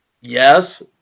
Yes